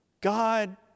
God